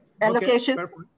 Allocations